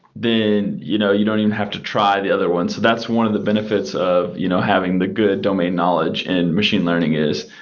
then you know you don't even have to try to other one. so that's one of the benefits of you know having the good domain knowledge in machine learning is,